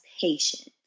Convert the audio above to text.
patience